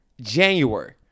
January